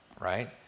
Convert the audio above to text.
right